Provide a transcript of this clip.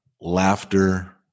laughter